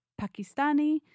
pakistani